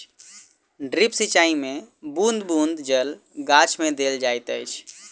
drip सिचाई मे बूँद बूँद जल गाछ मे देल जाइत अछि